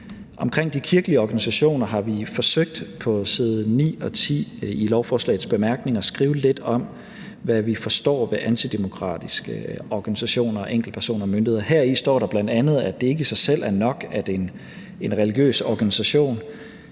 Omkring de kirkelige organisationer har vi forsøgt på side 9 og 10 i lovforslagets bemærkninger at skrive lidt om, hvad vi forstår ved antidemokratiske organisationer og enkeltpersoner og myndigheder, og heri står der bl.a., at det ikke i sig selv er nok, at en religiøs organisation